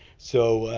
so,